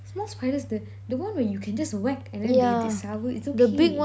small spiders the the one when you can just whack and then they they சாவு:saavu is okay